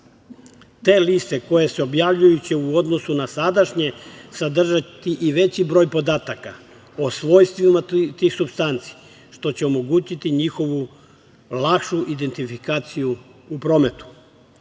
liste koje se objavljuju će u odnosu na sadašnje sadržati i veći broj podataka o svojstvima tih supstanci, što će omogućiti njihovu lakšu identifikaciju u prometu. Sve